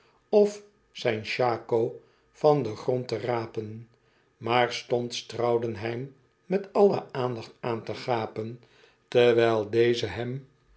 of zijn shako van den grond te rapen maar stond straudenheim met alle aandacht aan te gapen terwijl deze hem